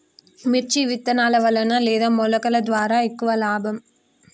మిర్చి విత్తనాల వలన లేదా మొలకల ద్వారా ఎక్కువ లాభం?